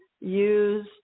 use